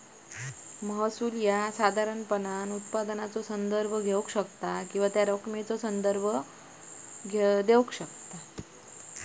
महसूल ह्या साधारणपणान उत्पन्नाचो संदर्भ घेऊ शकता किंवा त्या रकमेचा संदर्भ घेऊ शकता